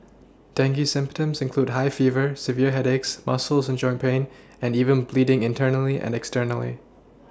dengue symptoms include high fever severe headaches muscles and joint pain and even bleeding internally and externally